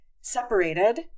separated